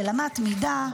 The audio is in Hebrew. של אמת מידה.